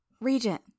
Regent